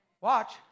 Watch